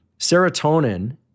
serotonin